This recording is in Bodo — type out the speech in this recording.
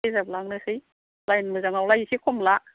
रिजार्भ लांनोसै लाइन मोजांआवलाय एसे खम ला